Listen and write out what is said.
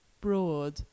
broad